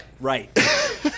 Right